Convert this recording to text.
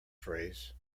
phrase